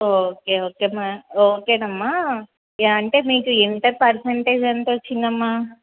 okay okay అమ్మ ఓకేనమ్మ అంటే మీకు ఇంటర్ పర్సెంటేజ్ ఎంతొచ్చిందమ్మా